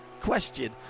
question